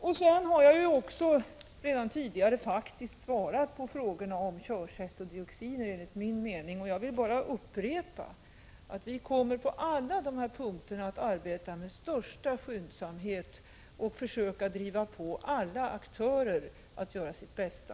81 Frågorna om körsättet och dess inverkan på utsläpp av dioxiner har jag enligt min mening faktiskt besvarat. Jag vill bara upprepa att vi på alla dessa punkter kommer att arbeta med största skyndsamhet och försöka driva på alla aktörer så att de gör sitt bästa.